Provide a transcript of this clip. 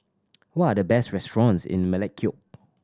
what are the best restaurants in Melekeok